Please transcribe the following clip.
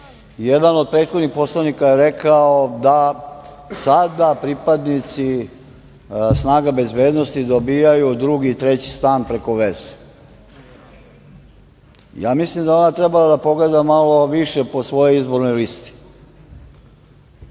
to. Jedan od prethodnih poslanika je rekao da sada pripadnici snaga bezbednosti dobijaju drugi, treći stan preko veze. Ja mislim da je ona trebala da pogleda malo više po svojoj izbornoj listi.